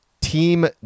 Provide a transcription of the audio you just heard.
team